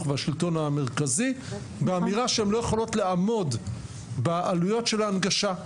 והשלטון המרכזי באמירה שהם לא יכולים לעמוד בעלויות של ההנגשה.